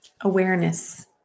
Awareness